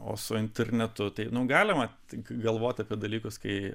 o su internetu tai galima tik galvot apie dalykus kai